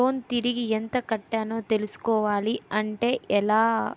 నేను లోన్ తిరిగి ఎంత కట్టానో తెలుసుకోవాలి అంటే ఎలా?